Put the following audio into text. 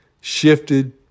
shifted